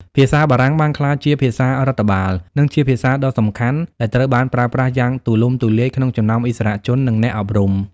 ភាសាបារាំងបានក្លាយជាភាសារដ្ឋបាល និងជាភាសាដ៏សំខាន់ដែលត្រូវបានប្រើប្រាស់យ៉ាងទូលំទូលាយក្នុងចំណោមឥស្សរជន និងអ្នកអប់រំ។